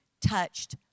touched